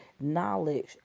knowledge